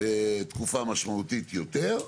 תקופה משמעותית יותר.